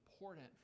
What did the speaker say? important